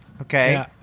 Okay